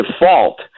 default